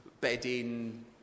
bedding